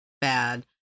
bad